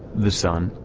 the sun,